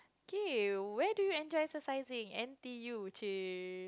okay where do you enjoy exercising N_T_U !chey!